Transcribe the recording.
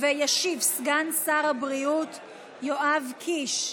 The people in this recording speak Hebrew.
ישיב סגן שר הבריאות יואב קיש.